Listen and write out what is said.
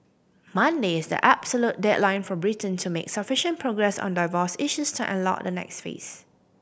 Monday is the absolute deadline for Britain to make sufficient progress on divorce issues to unlock the next phase